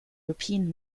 european